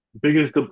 Biggest